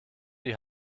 die